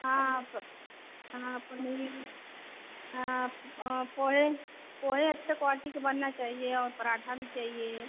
हाँ प हाँ पनीर हाँ पोहे पोहे अच्छे क्वालिटी के बनना चाहिए और पराठा भी चाहिए